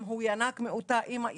אם הוא ינק מאותה אמא.